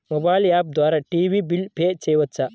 Mobile app ద్వారా TV bill pay చేయవచ్చా?